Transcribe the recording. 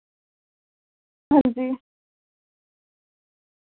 हांजी